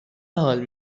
حال